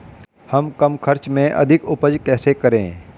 हम कम खर्च में अधिक उपज कैसे करें?